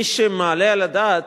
מי שמעלה על הדעת,